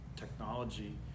technology